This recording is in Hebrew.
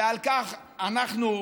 ועל כך אנחנו,